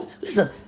Listen